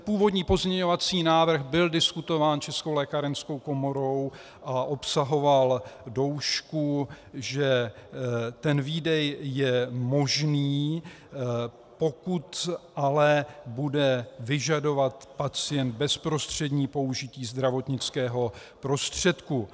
Původní pozměňovací návrh byl diskutován Českou lékárenskou komorou a obsahoval doušku, že výdej je možný, pokud ale bude vyžadovat pacient bezprostřední použití zdravotnického prostředku.